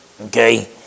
Okay